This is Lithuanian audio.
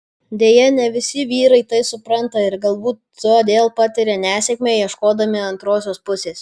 deja ne visi vyrai tai supranta ir galbūt todėl patiria nesėkmę ieškodami antrosios pusės